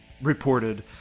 reported